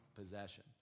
possession